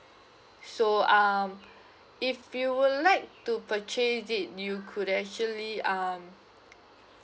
so um if you would like to purchase it you could actually um